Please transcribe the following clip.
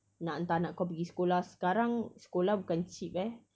nak hantar anak kau pergi sekolah sekarang sekolah bukan cheap eh